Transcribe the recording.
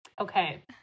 Okay